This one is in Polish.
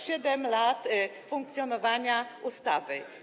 7 lat funkcjonowania ustawy.